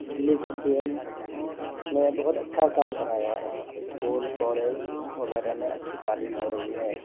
دلی کے C M نے بہت اچھا کام کرایا ہے اسکول کالج وغیرہ میں اچھی تعلیم ہو رہی ہے